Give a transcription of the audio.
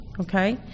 okay